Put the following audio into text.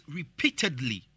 repeatedly